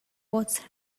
was